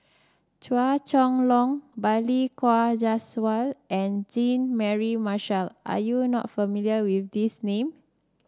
Chua Chong Long Balli Kaur Jaswal and Jean Mary Marshall are you not familiar with these name